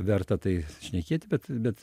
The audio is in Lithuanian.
verta tai šnekėti bet bet